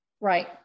Right